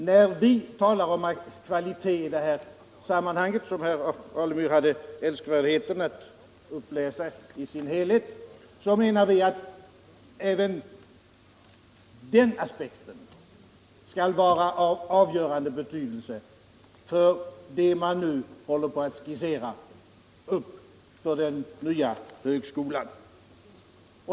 När vi talar om kvalitet i det här sammanhanget, ett avsnitt som herr Alemyr hade älskvärdheten att läsa upp i dess helhet, menar vi att även den aspekten skall ha avgörande betydelse för det man nu håller på att skissera upp för den nya högskolan.